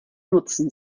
nutzen